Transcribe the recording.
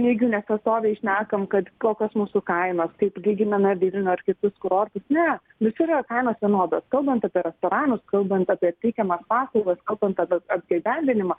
neigiu mes pastoviai šnekam kad kokios mūsų kainos kaip lyginame vilnių ar kitus kurortus ne visur yra kainos vienodos kalbant apie restoranus kalbant apie teikiamas paslaugas kalbant apie apgyvendinimą